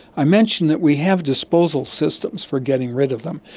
i mentioned that we have disposal systems for getting rid of them.